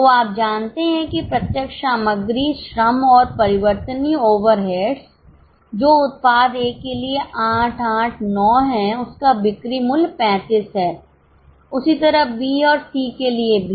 तो आप जानते हैं कि प्रत्यक्ष सामग्री श्रम और परिवर्तनीय ओवरहेड्स जो उत्पाद ए के लिए 8 8 9 है उसका बिक्री मूल्य 35 है उसी तरह बी और सी के लिए भी